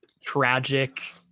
tragic